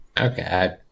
Okay